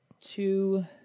two